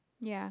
ya